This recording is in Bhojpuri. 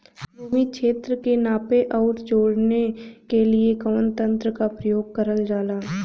भूमि क्षेत्र के नापे आउर जोड़ने के लिए कवन तंत्र का प्रयोग करल जा ला?